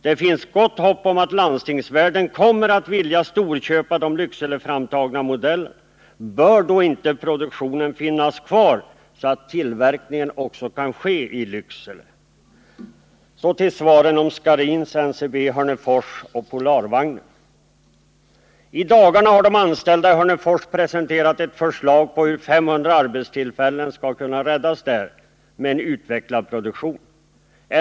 Det finns gott hopp om att landstingsvärlden kommer att vilja storköpa de Lyckseleframtagna modellerna. Bör då inte produktion finnas kvar så att tillverkning också kan ske i Lycksele? Så till svaren om Scharins, NCB i Hörnefors och Polarvagnen. I dagarna har de anställda i Hörnefors presenterat ett förslag på hur 500 arbetstillfällen skall kunna räddas där med en utvecklad produktion.